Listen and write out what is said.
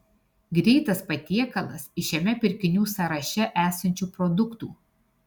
greitas patiekalas iš šiame pirkinių sąraše esančių produktų